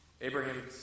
Abraham